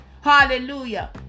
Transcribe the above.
hallelujah